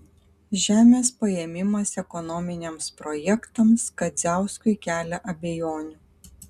žemės paėmimas ekonominiams projektams kadziauskui kelia abejonių